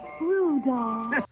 Rudolph